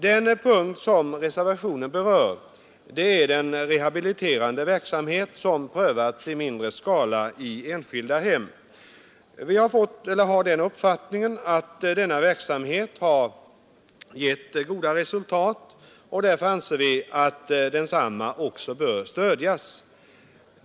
Den punkt som reservationen berör gäller den rehabiliterande verksamhet som prövas i mindre skala i enskilda hem. Vi har den uppfattningen att denna verksamhet har gett goda resultat, och därför anser vi att den också bör stödjas.